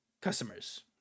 customers